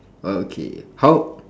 uh okay how